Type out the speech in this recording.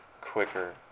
quicker